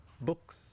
Books